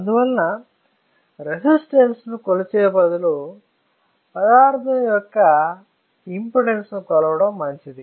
అందువలన రెసిస్టన్స్ ను కొలిచే బదులు పదార్థం యొక్క ఇంపెడెన్స్ను కొలవడం మంచిది